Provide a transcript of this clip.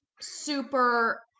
super